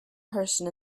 person